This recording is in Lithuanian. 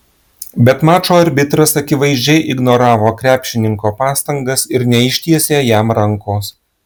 bet mačo arbitras akivaizdžiai ignoravo krepšininko pastangas ir neištiesė jam rankos